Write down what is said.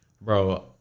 Bro